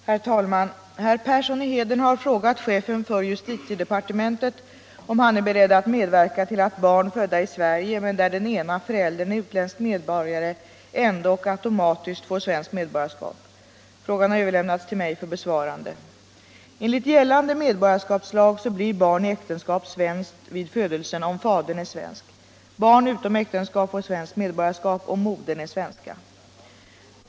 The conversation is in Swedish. Herr talman! Herr Persson i Heden har frågat chefen för justitiedepartementet om han är beredd att medverka till att barn födda i Sverige, men där ene föräldern är utländsk medborgare, ändock automatiskt får svenskt medborgarskap. Frågan har överlämnats till mig för besvarande. Enligt gällande medborgarskapslag blir barn i äktenskap svenskt vid födelsen om fadern är svensk. Barn utom äktenskap får svenskt medborgarskap om modern är svenska.